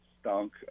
stunk